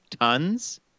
tons